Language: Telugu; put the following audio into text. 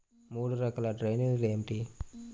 మూడు రకాల డ్రైనేజీలు ఏమిటి?